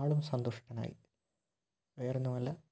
ആളും സന്തുഷ്ടനായി വേറൊന്നുമല്ല